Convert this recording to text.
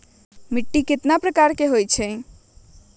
मिट्टी कितने प्रकार के होते हैं?